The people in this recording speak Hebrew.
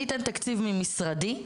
אני אתן תקציב ממשרדי,